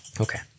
Okay